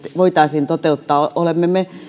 voitaisiin toteuttaa olemme me